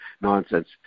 nonsense